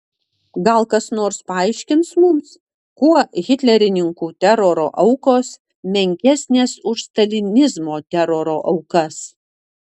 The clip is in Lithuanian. gal kas nors paaiškins mums kuo hitlerininkų teroro aukos menkesnės už stalinizmo teroro aukas